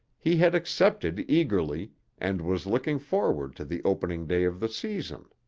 he had accepted eagerly and was looking forward to the opening day of the season.